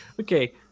okay